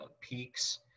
peaks